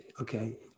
okay